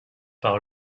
par